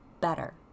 better